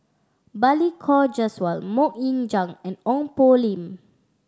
Balli Kaur Jaswal Mok Ying Jang and Ong Poh Lim